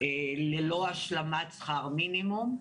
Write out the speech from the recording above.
ללא השלמת שכר מינימום.